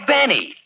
Benny